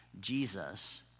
Jesus